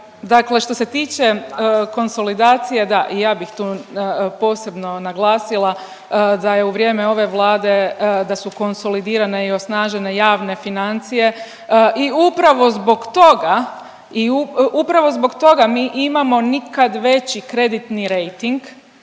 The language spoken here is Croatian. Dakle što se tiče konsolidacije, da i ja bih tu posebno naglasila da je u vrijeme ove Vlade, da su konsolidirane i osnažene javne financije i upravo zbog toga i upravo zbog toga mi imamo nikad veći kreditni rejting.